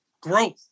growth